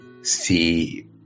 see